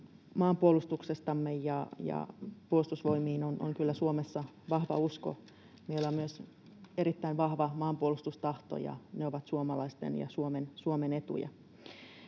maanpuolustuksestamme. Puolustusvoimiin on kyllä Suomessa vahva usko. Meillä on myös erittäin vahva maanpuolustustahto. Nämä ovat suomalaisten ja Suomen etuja.